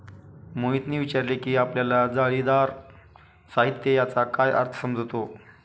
मोहितने विचारले की आपल्याला जाळीदार साहित्य याचा काय अर्थ समजतो?